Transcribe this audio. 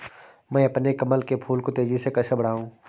मैं अपने कमल के फूल को तेजी से कैसे बढाऊं?